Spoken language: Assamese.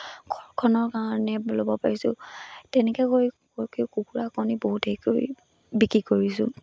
ঘৰখনৰ কাৰণে ল'ব পাৰিছোঁ তেনেকৈ কৰি কুকুৰা কণী বহুতকৈ বিক্ৰী কৰিছোঁ